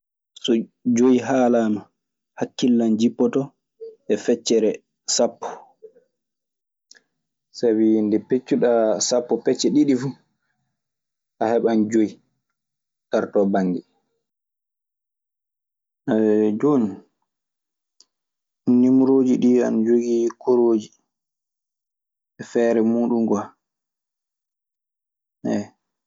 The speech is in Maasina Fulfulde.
So joy haalaama hakkille an jippoto e feccere sappo. Sabi nde peccuɗaa sappo pecce ɗiɗi fu, a heɓan joy, darotoo bange. Jooni, miimorooji ana jogii korooji e feere muuɗun kwa.